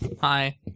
Hi